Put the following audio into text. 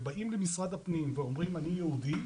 ובאים למשרד הפנים ואומרים אני יהודי,